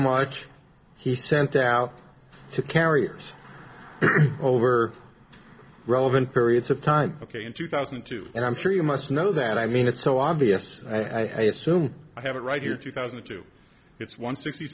much he sent out to carriers over relevant periods of time ok in two thousand and two and i'm sure you must know that i mean it's so obvious i assume i have it right here two thousand and two it's one sixty